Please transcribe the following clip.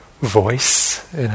voice